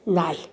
ꯂꯥꯏ